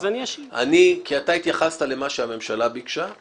כי אתה התייחסת למה שהממשלה ביקשה;